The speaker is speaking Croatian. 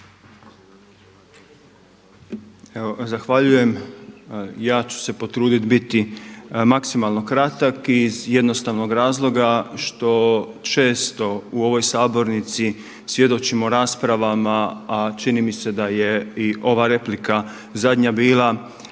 zahvaljujem. Ja ću se potruditi biti maksimalno kratak iz jednostavnog razloga što često u ovoj sabornici svjedočimo raspravama, a čini mi se da je i ova replika zadnja bila